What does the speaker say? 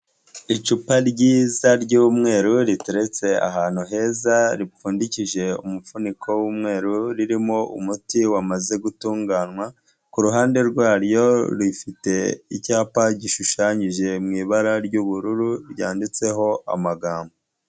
Icupa ryiza ry'umweru riteretse ahantu heza ripfundikije umufuniko w'umweru, ririmo umuti wamaze gutunganywa, ku ruhande rwaryo rifite icyapa gishushanyije mu ibara ry'ubururu ryanditseho amagambo.